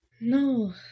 No